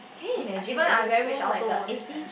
if even I very rich I also won't spend